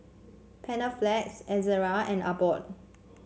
Panaflex Ezerra and Abbott